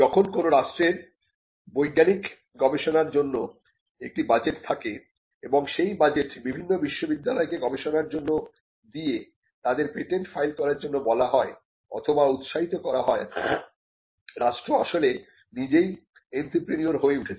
যখন কোন রাষ্ট্রের বৈজ্ঞানিক গবেষণার জন্য একটি বাজেট থাকে এবং সেই বাজেট বিভিন্ন বিশ্ববিদ্যালয়কে গবেষণার জন্য দিয়ে তাদের পেটেন্ট ফাইল করার জন্য বলা হয় অথবা উৎসাহিত করা হয় রাষ্ট্র আসলে নিজেই এন্ত্রেপ্রেনিউর হয়ে উঠেছে